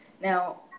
Now